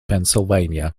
pennsylvania